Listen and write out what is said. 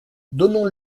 donnons